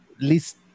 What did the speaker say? list